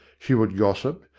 she would gossip,